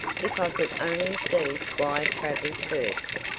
if i could only see squire travers first,